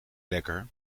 lekker